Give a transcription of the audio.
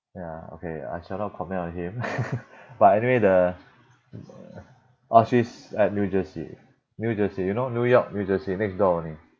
ya okay I shall not comment on him but anyway the orh she's at New Jersey New Jersey you know New York New Jersey next door only